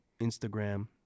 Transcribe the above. Instagram